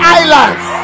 islands